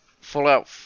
Fallout